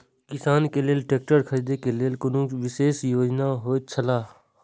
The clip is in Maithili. किसान के लेल ट्रैक्टर खरीदे के लेल कुनु विशेष योजना होयत छला?